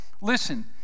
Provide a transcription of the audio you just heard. Listen